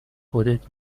خودت